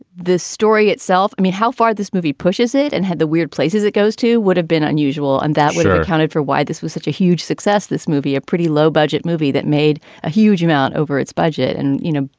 story itself. i mean, how far this movie pushes it and had the weird places it goes to would have been unusual and that would have accounted for why this was such a huge success. this movie, a pretty low budget movie that made a huge amount over its budget. and, you know,